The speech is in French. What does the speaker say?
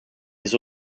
des